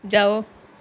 ਜਾਓ